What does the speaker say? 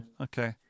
Okay